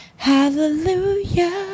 hallelujah